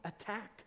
attack